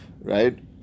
right